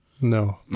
No